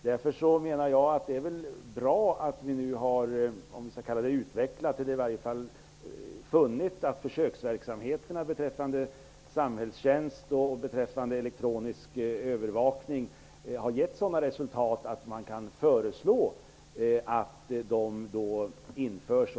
Därför är det väl bra om vi nu har funnit att erfarenheterna från försöksverksamheten beträffande samhällstjänst och elektronisk övervakning har gett sådana resultat att man kan föreslå att sådana påföljder införs.